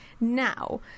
now